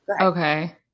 Okay